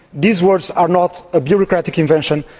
these words are not a bureaucratic invention,